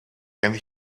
and